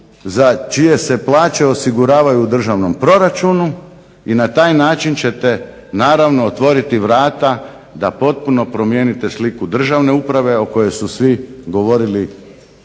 za čije se plaće osiguravaju u državnom proračunu i na taj način ćete naravno otvoriti vrata da potpuno promijenite sliku državne uprave o kojoj su svi govorili